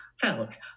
felt